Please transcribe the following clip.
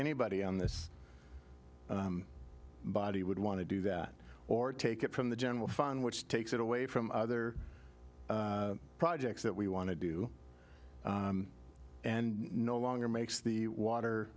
anybody on this body would want to do that or take it from the general fund which takes it away from other projects that we want to do and no longer makes the